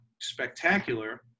spectacular